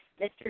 Mr